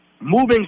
moving